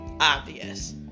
obvious